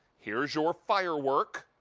here is your fireworks.